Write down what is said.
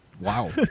Wow